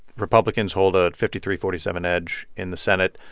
republicans hold a fifty three forty seven edge in the senate.